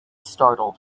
startled